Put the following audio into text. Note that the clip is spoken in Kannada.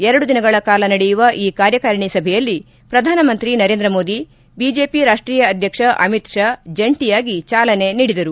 ಎರಡು ದಿನಗಳ ಕಾಲ ನಡೆಯುವ ಈ ಕಾರ್ಯಕಾರಿಣಿ ಸಭೆಯಲ್ಲಿ ಪ್ರಧಾನಮಂತ್ರಿ ನರೇಂದ್ರ ಮೋದಿ ಬಿಜೆಪಿ ರಾಷ್ಷೀಯ ಅದ್ದಕ್ಷ ಅಮಿತ್ ಷಾ ಜಂಟಿಯಾಗಿ ಚಾಲನೆ ನೀಡಿದರು